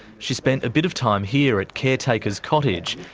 she spent a bit of time here at caretakers' cottage,